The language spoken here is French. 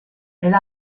elle